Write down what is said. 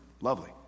Lovely